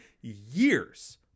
years